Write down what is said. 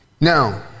Now